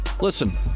listen